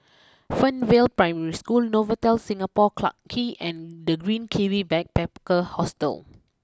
Fernvale Primary School Novotel Singapore Clarke Quay and the Green Kiwi Backpacker Hostel